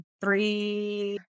three